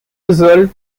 result